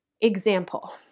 Example